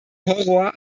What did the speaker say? horror